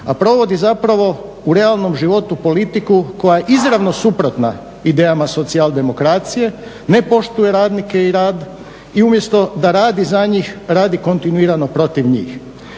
a provodi zapravo u realnom životu politiku koja je izravno suprotna idejama socijaldemokracije, ne poštuje radnike i rad i umjesto da radi za njih radi kontinuirano protiv njih.